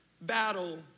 battle